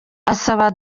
asaba